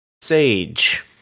sage